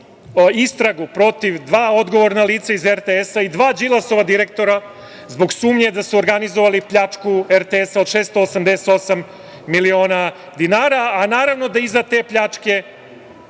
istragu protiv dva odgovorna lica iz RTS-a i dva Đilasova direktora zbog sumnje da su organizovali pljačku RTS-a od 688 miliona dinara, a naravno da iza te pljačke